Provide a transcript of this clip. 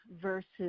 versus